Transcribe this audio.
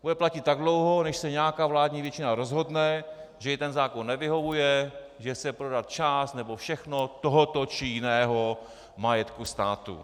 Bude platit tak dlouho, než se nějaká vládní většina rozhodne, že jí ten zákon nevyhovuje, že chce prodat část nebo všechno tohoto či jiného majetku státu.